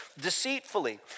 deceitfully